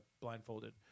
blindfolded